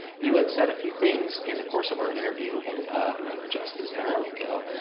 you had said a few things in the course of our interview and adjust this. there we go.